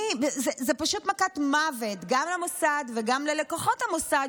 זה פשוט מכת מוות גם למוסד וגם ללקוחות המוסד,